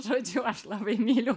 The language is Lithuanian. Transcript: žodžiu aš labai myliu